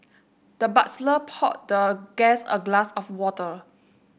the butler poured the guest a glass of water